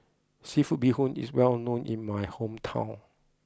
Seafood Bee Hoon is well known in my hometown